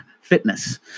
fitness